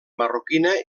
marroquina